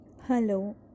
Hello